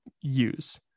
use